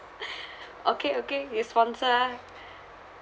okay okay you sponsor ah